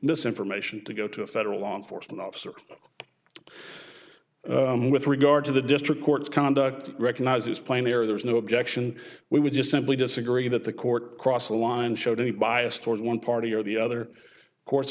this information to go to a federal law enforcement officer with regard to the district court's conduct recognizes plainly or there's no objection we would just simply disagree that the court cross the line showed any bias towards one party or the other cour